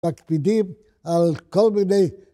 מקפידים, על כל מיני